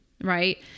right